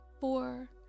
four